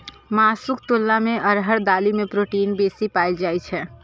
मासुक तुलना मे अरहर दालि मे प्रोटीन बेसी पाएल जाइ छै